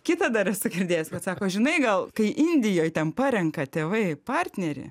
kitą dar esu girdėjus kad sako žinai gal kai indijoj ten parenka tėvai partnerį